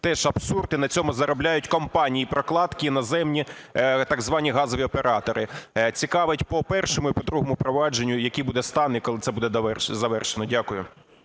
Теж абсурд і на цьому заробляють компанії-прокладки іноземні, так звані газові оператори. Цікавить по першому і по другому провадженню, який буде стан і коли це буде завершено? Дякую.